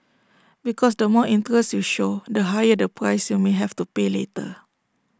because the more interest you show the higher the price you may have to pay later